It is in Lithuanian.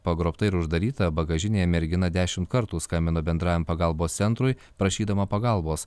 pagrobta ir uždaryta bagažinėje mergina dešimt kartų skambino bendrajam pagalbos centrui prašydama pagalbos